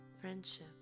Friendship